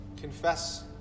confess